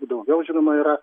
jų daugiau žinoma yra